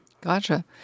Gotcha